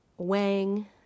Wang